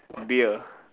beer